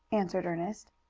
answered ernest.